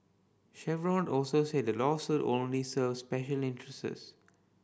Chevron also said the lawsuit only serve special interests